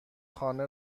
خانه